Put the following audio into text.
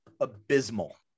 abysmal